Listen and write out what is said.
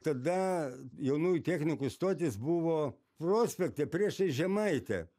tada jaunųjų technikų stotis buvo prospekte priešais žemaitę